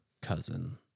cousin